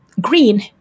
green